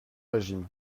régime